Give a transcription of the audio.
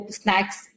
snacks